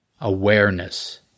awareness